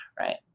right